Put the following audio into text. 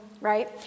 right